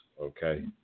okay